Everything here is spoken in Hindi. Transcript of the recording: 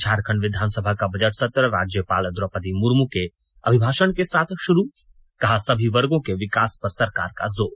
झारखंड विधानसभा का बजट सत्र राज्यपाल द्रौपदी मुर्मू के अभिभाशन के साथ भा़रू कहा सभी वर्गों के विकास पर सरकार का जोर